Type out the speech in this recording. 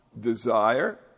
desire